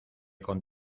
con